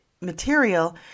material